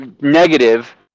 negative